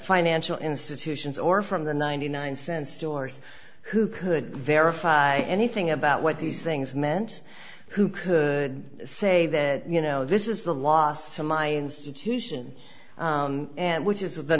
financial institutions or from the ninety nine cent stores who could verify anything about what these things meant who could say that you know this is the loss to my institution and which is the